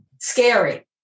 Scary